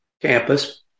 campus